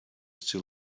still